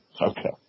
Okay